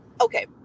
Okay